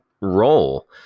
role